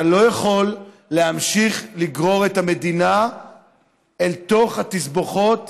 אתה לא יכול להמשיך לגרור את המדינה אל תוך התסבוכות